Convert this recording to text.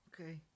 Okay